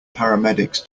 paramedics